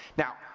now,